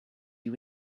you